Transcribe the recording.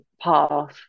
path